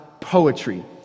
poetry